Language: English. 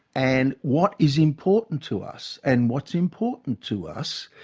and what is important to us. and what's important to us,